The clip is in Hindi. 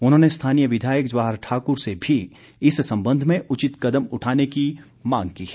उन्होंने स्थानीय विधायक जवाहर ठाकुर से भी इस संबंध में उचित कदम उठाने की मांग की है